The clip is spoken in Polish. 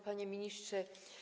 Panie Ministrze!